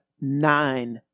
nine